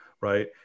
right